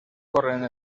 corrent